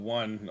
one